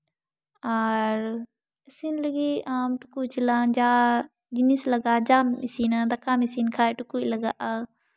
ᱟᱨ ᱤᱥᱤᱱ ᱞᱟᱹᱜᱤᱫ ᱴᱩᱠᱩᱡ ᱪᱮᱞᱟᱝ ᱡᱟ ᱡᱤᱱᱤᱥ ᱞᱟᱜᱟᱜᱼᱟ ᱡᱟᱢ ᱤᱥᱤᱱᱟ ᱫᱟᱠᱟᱢ ᱤᱥᱤᱱ ᱠᱷᱟᱱ ᱴᱩᱠᱩᱡ ᱞᱟᱜᱟᱜᱼᱟ